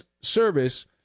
service